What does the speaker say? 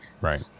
Right